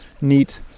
neat